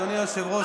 אדוני היושב-ראש,